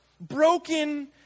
broken